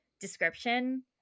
description